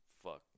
fuck